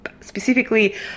specifically